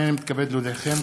הנני מתכבד להודיעכם,